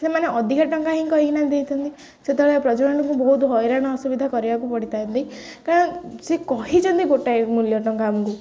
ସେମାନେ ଅଧିକା ଟଙ୍କା ହିଁ କହିକିନା ଦେଇଥାନ୍ତି ସେତେବେଳେ ବହୁତ ହଇରାଣ ଅସୁବିଧା କରିବାକୁ ପଡ଼ିଥାନ୍ତି କାରଣ ସେ କହିଛନ୍ତି ଗୋଟା ମୂଲ୍ୟ ଟଙ୍କା ଆମକୁ